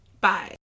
Bye